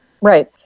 Right